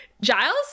Giles